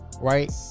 right